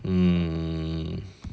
hmm